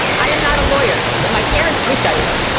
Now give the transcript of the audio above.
i am not a lawyer, but my parents wish i were.